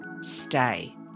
stay